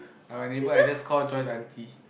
our neighbor I just call Joyce auntie